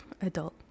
adult